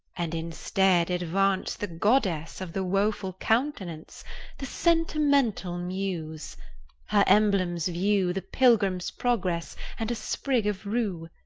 and instead advance the goddess of the woful countenance the sentimental muse her emblems view, the pilgrim's progress, and a sprig of rue!